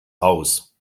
aus